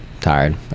Tired